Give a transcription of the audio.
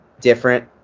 different